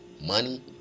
money